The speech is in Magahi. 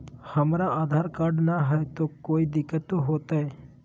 हमरा आधार कार्ड न हय, तो कोइ दिकतो हो तय?